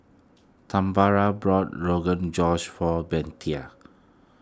Tambra bought Rogan Josh for